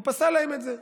והוא פסל להם את זה,